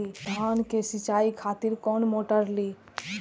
धान के सीचाई खातिर कोन मोटर ली?